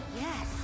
Yes